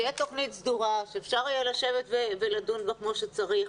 שתהיה תוכנית סדורה שאפשר יהיה לשבת ולדון בה כמו שצריך.